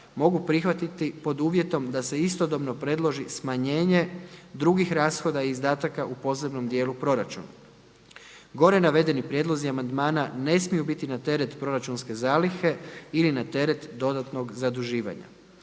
mogu prihvatiti pod uvjetom da se istodobno predloži smanjenje drugih rashoda i izdataka u posebnom dijelu proračuna. Gore navedeni prijedlozi amandmana ne smiju biti na teret proračunske zalihe ili na teret dodatnog zaduživanja.